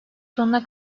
sonuna